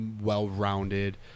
well-rounded